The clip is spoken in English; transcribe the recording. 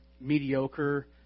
mediocre